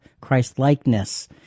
Christ-likeness